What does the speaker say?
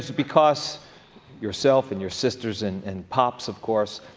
because yourself, and your sisters, and and pops, of course,